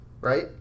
right